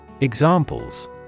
Examples